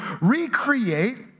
recreate